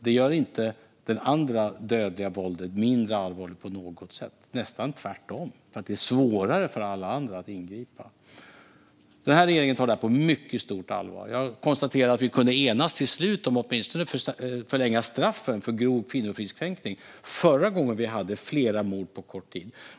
Det gör inte det andra dödliga våldet mindre allvarligt på något sätt, nästan tvärtom eftersom det är svårare för alla andra att ingripa. Regeringen tar detta på mycket stort allvar. Vi kunde till slut enas om att åtminstone förlänga straffen för grov kvinnofridskränkning förra gången vi hade flera mord på kort tid.